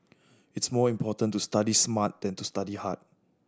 it's more important to study smart than to study hard